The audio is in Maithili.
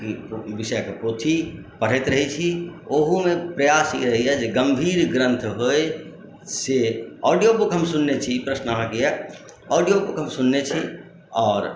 विषयके पोथी पढ़ैत रहैत छी ओहूमे प्रयास ई रहैया जे गम्भीर ग्रन्थ होइ से ऑडियो बुक हम सुनने छी प्रश्न अहाँके इएह ऑडियो बुक हम सुनने छी आओर